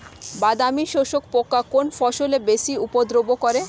বাদামি শোষক পোকা কোন ফসলে বেশি উপদ্রব করে?